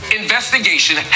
investigation